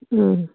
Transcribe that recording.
ꯎꯝ